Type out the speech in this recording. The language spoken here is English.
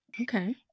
Okay